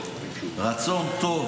ברצון טוב